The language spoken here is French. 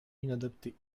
inadapté